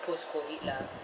post COVID lah